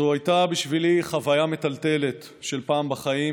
זו הייתה בשבילי חוויה מטלטלת של פעם בחיים.